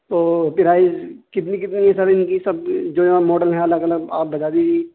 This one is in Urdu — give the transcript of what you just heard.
تو پرائز کتنی کتنی ہے سر ان کی سب جو یہاں ماڈل ہیں الگ الگ آپ بتا دیجیے